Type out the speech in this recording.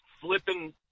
flipping